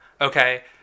Okay